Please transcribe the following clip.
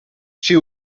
she